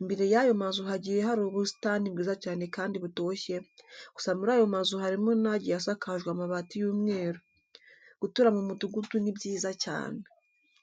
imbere y'ayo mazu hagiye hari ubusitani bwiza cyane kandi butoshye, gusa muri ayo mazu harimo n'agiye asakajwe amabati y'umweru. Gutura mu mudugudu ni byiza cyane.